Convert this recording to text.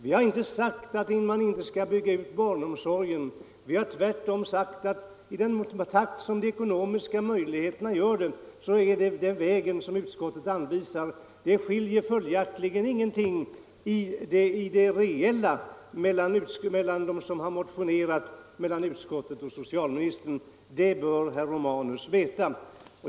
Vi har inte sagt att man inte skall bygga ut barnomsorgen, vi har tvärtom sagt att en utbyggnad i den takt de ekonomiska möjligheterna tillåter är den väg som utskottet anvisar. Det skiljer följaktligen ingenting reellt mellan motionärerna, utskottet och socialministern. Det bör herr Romanus veta.